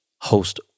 host